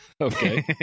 Okay